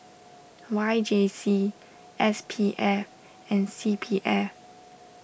Y J C S P F and C P F